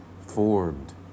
formed